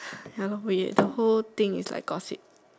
ya lor the whole thing is like gossip